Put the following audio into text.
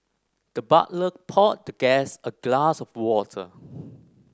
the butler poured the guest a glass of water